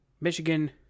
Michigan